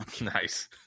Nice